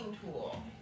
tool